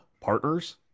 partners